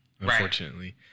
unfortunately